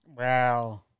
Wow